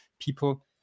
people